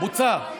בוצע.